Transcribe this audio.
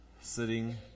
sitting